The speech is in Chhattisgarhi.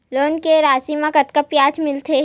लोन के राशि मा कतका ब्याज मिलथे?